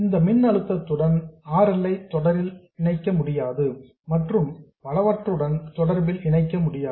இந்த மின் அழுத்தத்துடன் R L ஐ தொடரில் இணைக்க முடியாது மற்றும் பலவற்றுடன் தொடர்பில் இணைக்க முடியாது